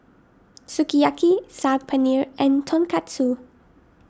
Sukiyaki Saag Paneer and Tonkatsu